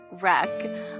wreck